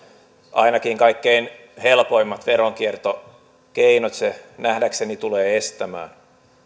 ainakin kaikkein helpoimmat veronkiertokeinot se nähdäkseni tulee estämään